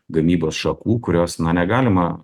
gamybos šakų kurios na negalima